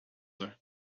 her